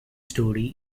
story